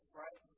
right